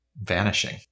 vanishing